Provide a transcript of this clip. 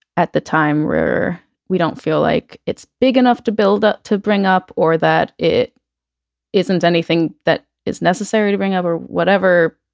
at the time were we don't feel like it's big enough to build up, to bring up or that it isn't anything that is necessary to bring up or whatever.